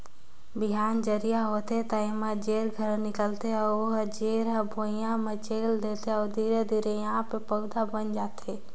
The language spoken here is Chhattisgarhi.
बिहान जरिया होथे त एमा जेर घलो निकलथे अउ ओ जेर हर भुइंया म चयेल देथे अउ धीरे धीरे एहा प पउधा बन जाथे